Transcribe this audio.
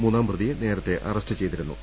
മൂന്നാം പ്രതിയെ നേരത്തെ അറസ്റ്റ് ചെയ്തിരു ന്നു